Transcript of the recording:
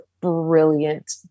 brilliant